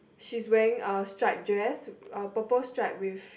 she's wearing a stripe dress uh purple stripe with